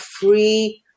free